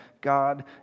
God